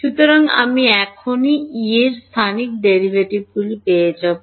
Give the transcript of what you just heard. সুতরাং আমি এখনই এর স্থানিক ডেরাইভেটিভগুলি পেয়ে যাব